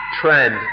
trend